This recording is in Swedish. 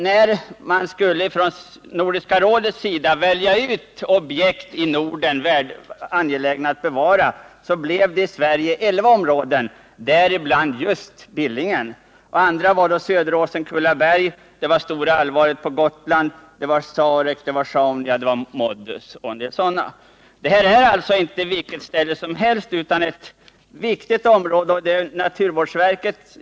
När Nordiska rådet skulle välja ut objekt i Norden angelägna att bevara, blev det i Sverige elva områden, däribland just Billingen. Andra områden var Söderåsen-Kullaberg, Stora Alvaret, Sarek, Sjaunja, Muddus m.fl. Billingen är inte vilket ställe som helst utan ett viktigt område.